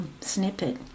snippet